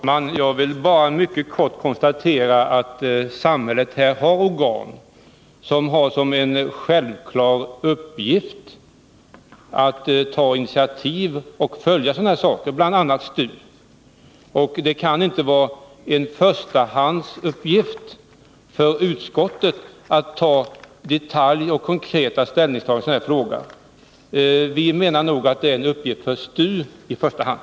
Herr talman! Jag vill bara mycket kort konstatera att samhället har organ som har som en självklar uppgift att ta initiativ och följa utvecklingen på detta område, bl.a. STU. Det kan inte vara en förstahandsuppgift för utskottet att göra detaljerade och konkreta ställningstaganden i en sådan här fråga. Vi menar nog att det är en uppgift för STU i första hand.